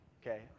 Okay